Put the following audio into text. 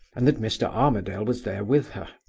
and that mr. armadale was there with her.